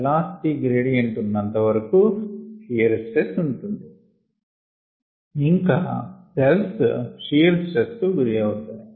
velocity gradient ఉన్నంత వరకు shear stress ఉంటుంది ఇంకా సెల్స్ షియర్ స్ట్రెస్ గురి అవుతాయి